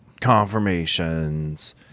Confirmations